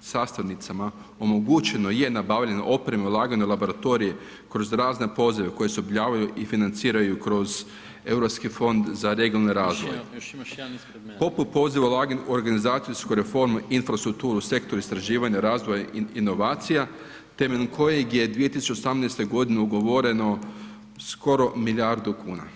sastavnicama, omogućena je nabavljena oprema i ulaganje u laboratorije kroz razne pozive koji se objavljuju i financiraju kroz Europski fond za regionalni razvoj. ... poziva ulaganja u organizacijsku reformu, infrastrukturu, sektor istraživanja razvoja i inovacija, temeljem kojeg je 2018. g. ugovoreno skoro milijardu kuna.